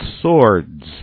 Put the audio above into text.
swords